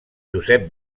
josep